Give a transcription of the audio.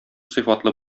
сыйфатлы